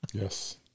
Yes